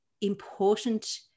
important